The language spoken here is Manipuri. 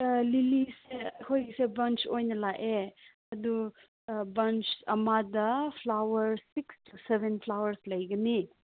ꯑꯥ ꯂꯤꯂꯤꯁꯦ ꯑꯩꯈꯣꯏꯒꯤꯁꯨ ꯑꯦꯗꯕꯥꯟꯁ ꯑꯣꯏꯅ ꯂꯥꯛꯑꯦ ꯑꯗꯨ ꯕꯟꯁ ꯑꯃꯗ flower six to seven flowers ꯂꯩꯒꯅꯤ